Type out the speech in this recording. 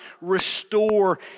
restore